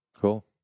Cool